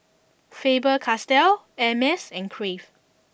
Faber Castell Hermes and Crave